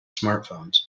smartphones